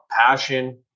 passion